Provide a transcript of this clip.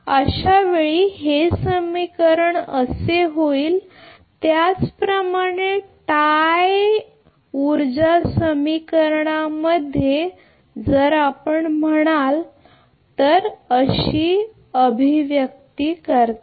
तर अशावेळी हे समीकरण असे होईल त्याचप्रमाणे टाय ऊर्जा समीकरण मध्ये जर आपण म्हणाल तर म्हणूनच आपण यालाच याकरिता अभिव्यक्ती म्हणता